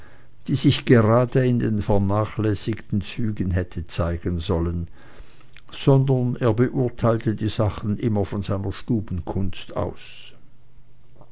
die sich gerade in den vernachlässigten zügen hätte zeigen sollen sondern er beurteilte die sachen immer von seiner stubenkunst aus